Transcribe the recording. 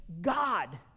god